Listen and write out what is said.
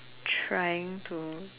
trying to